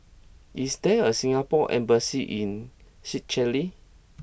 is there a Singapore embassy in Seychelles